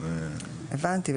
הבנתי,